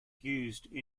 used